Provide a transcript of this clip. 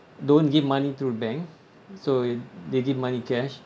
don't give money through bank so they give money cash